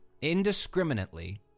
indiscriminately